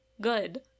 good